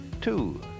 two